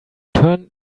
turns